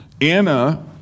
Anna